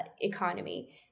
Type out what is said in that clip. economy